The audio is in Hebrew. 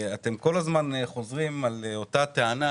אתם כל הזמן חוזרים על אותה טענה